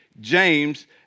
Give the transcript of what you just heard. James